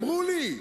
אמרו לי.